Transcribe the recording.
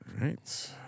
Right